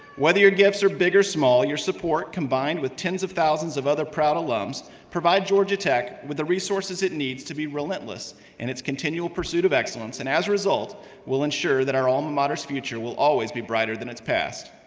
whether your gifts are big or small, your support combined with tens of thousands of other proud alums provide georgia tech with the resources it needs to be relentless in its continual pursuit of excellence and as a result will ensure that our alma mater's future will always be brighter than its past.